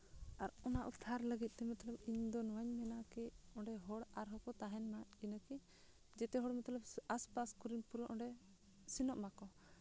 ᱟᱨ ᱚᱱᱟ ᱩᱫᱽᱫᱷᱟᱨ ᱞᱟᱹᱜᱤᱫ ᱛᱮ ᱤᱧᱫᱚ ᱱᱚᱣᱟᱧ ᱢᱮᱱᱟ ᱠᱤ ᱚᱸᱰᱮ ᱦᱚᱲ ᱟᱨᱦᱚᱸ ᱠᱚ ᱛᱟᱦᱮᱱ ᱢᱟ ᱤᱱᱟᱹ ᱠᱤ ᱡᱮᱛᱮ ᱦᱚᱲ ᱢᱚᱛᱞᱚᱵ ᱟᱥᱯᱟᱥ ᱠᱚᱨᱮᱱ ᱯᱩᱨᱟᱹ ᱚᱸᱰᱮ ᱥᱮᱱᱚᱜ ᱢᱟᱠᱚ